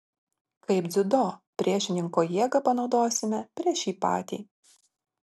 kaip dziudo priešininko jėgą panaudosime prieš jį patį